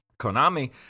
Konami